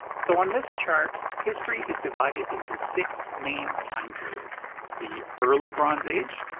so, on this chart, history is divided into six main time periods the early bronze age,